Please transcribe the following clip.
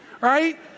right